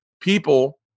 people